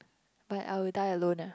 but I will die alone ah